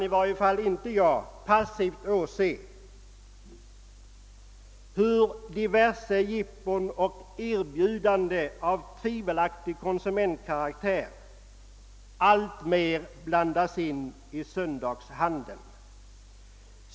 I varje fall kan inte jag åse hur sådana jippon och erbjudanden av från konsumentsynpunkt tvivelaktig karraktär alltmer blandas in i söndagshandeln.